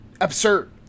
absurd